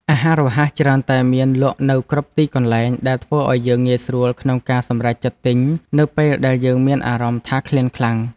អាហាររហ័សច្រើនតែមានលក់នៅគ្រប់ទីកន្លែងដែលធ្វើឲ្យយើងងាយស្រួលក្នុងការសម្រេចចិត្តទិញនៅពេលដែលយើងមានអារម្មណ៍ថា ឃ្លានខ្លាំង។